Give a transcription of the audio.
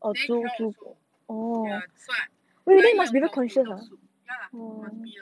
also ya so I I eat yong tau fu without soup ya lah must be a